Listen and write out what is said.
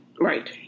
Right